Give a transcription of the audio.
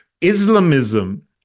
Islamism